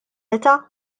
età